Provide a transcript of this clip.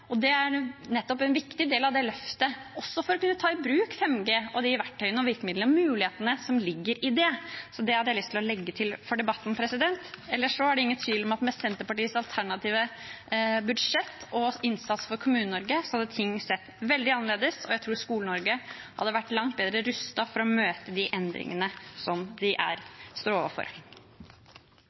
Det er nettopp en viktig del av det løftet for å kunne ta i bruk 5G og de verktøyene, virkemidlene og mulighetene som ligger i det. Det hadde jeg lyst til å legge til i debatten. Ellers er det ingen tvil om at med Senterpartiets alternative budsjett og innsats for Kommune-Norge hadde ting sett veldig annerledes ut. Jeg tror Skole-Norge hadde vært langt bedre rustet for å møte de endringene som de står overfor.